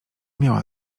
miała